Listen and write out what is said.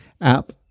app